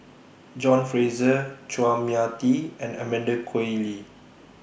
John Fraser Chua Mia Tee and Amanda Koe Lee